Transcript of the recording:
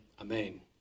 Amen